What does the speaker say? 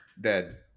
Dead